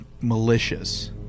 malicious